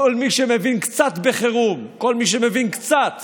כל מי שמבין קצת בחירום, כל מי שמבין קצת